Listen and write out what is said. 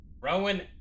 rowan